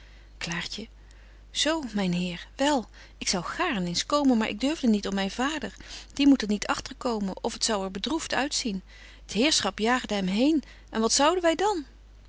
zo myn heer wel ik zou gaarn eens gekomen zyn maar ik durfde niet om myn vader die moet er niet agterkomen of t zou er bedroeft uitzien t heerschap jaagde hem heen en wat zouden wy dan